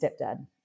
stepdad